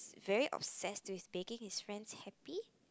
very upset to he is begging his friends happy